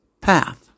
Path